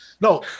No